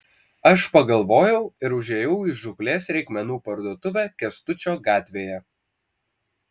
aš pagalvojau ir užėjau į žūklės reikmenų parduotuvę kęstučio gatvėje